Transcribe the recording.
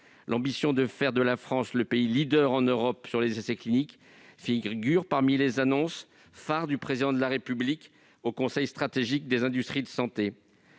l'ambition de faire de notre pays le leader en Europe des essais cliniques figure parmi les annonces phares du Président de la République au conseil stratégique des industries de santé.